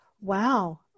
Wow